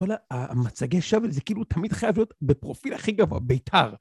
וואלה, המצגי שווא האלה זה כאילו תמיד חייב להיות בפרופיל הכי גבוה, ביתר.